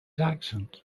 accent